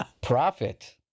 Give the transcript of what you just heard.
Profit